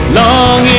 long